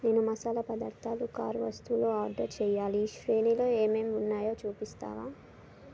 నేను మసాలా పదార్థాలు కార్ వస్తువులు ఆర్డర్ చేయాలి ఈ శ్రేణిలో ఏమేం ఉన్నాయో చూపిస్తావా